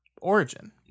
origin